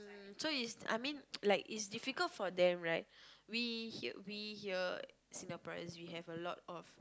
so is I mean like it's difficult for them right we here we here Singaporeans we have a lot of